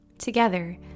Together